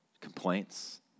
complaints